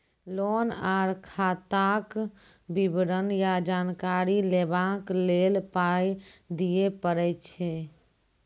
Loan आर खाताक विवरण या जानकारी लेबाक लेल पाय दिये पड़ै छै?